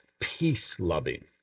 peace-loving